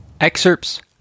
Excerpts